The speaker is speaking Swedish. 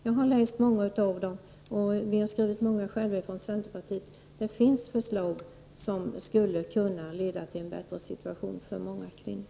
Jag har läst många av dem, och vi har skrivit många själva i centerpartiet; förslag som skulle kunna leda till en bättre situation för många kvinnor.